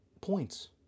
points